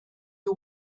you